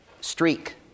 streak